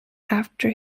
after